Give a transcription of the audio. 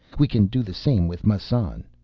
we can do the same with massan.